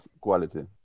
quality